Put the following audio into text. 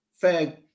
fair